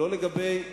זה לא לגבי העל-יסודי,